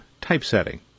typesetting